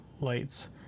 lights